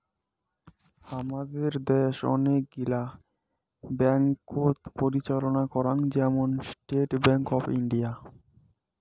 হামাদের দ্যাশ অনেক গিলা ব্যাঙ্ককোত পরিচালনা করাং, যেমন স্টেট ব্যাঙ্ক অফ ইন্ডিয়া